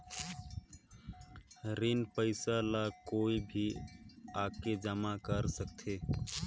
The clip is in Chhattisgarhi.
ऋण पईसा ला कोई भी आके जमा कर सकथे?